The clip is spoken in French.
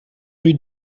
rue